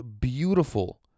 beautiful